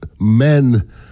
men